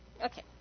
Okay